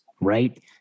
right